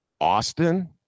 Austin